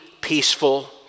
peaceful